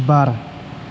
बार